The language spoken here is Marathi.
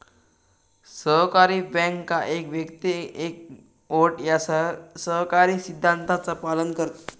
सहकारी बँका एक व्यक्ती एक वोट या सहकारी सिद्धांताचा पालन करतत